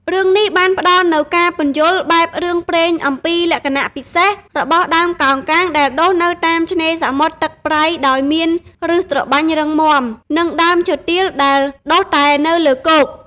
រឿងនេះបានផ្តល់នូវការពន្យល់បែបរឿងព្រេងអំពីលក្ខណៈពិសេសរបស់ដើមកោងកាងដែលដុះនៅតាមឆ្នេរសមុទ្រទឹកប្រៃដោយមានប្ញសត្របាញ់រឹងមាំ និងដើមឈើទាលដែលដុះតែលើគោក។